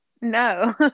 no